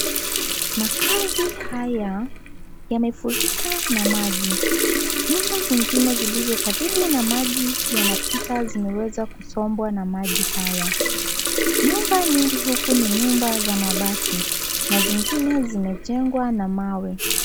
Makazi haya yamefurika na maji nyumba zingine zilizo karibu na maji yanapita zimeweza kusombwa na maji haya. Nyumba nyingi huku ni nyumba za mabati na zingine zimejengwa na mawe.